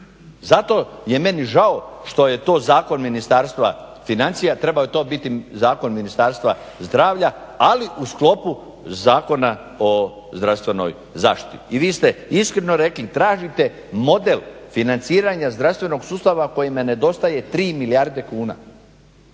Zato je meni žao što je to zakon Ministarstva financija, trebao je to biti zakon Ministarstva zdravlja, ali u sklopu Zakona o zdravstvenoj zaštiti. I vi ste iskreno rekli, tražite model financiranja zdravstvenog sustava kojem ne nedostaje tri milijarde kuna.